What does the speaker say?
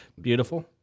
Beautiful